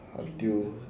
until